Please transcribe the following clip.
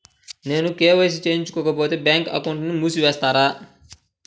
నేను కే.వై.సి చేయించుకోకపోతే బ్యాంక్ అకౌంట్ను మూసివేస్తారా?